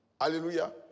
Hallelujah